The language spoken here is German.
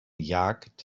jagd